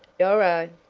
doro!